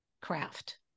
craft